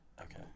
okay